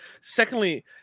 Secondly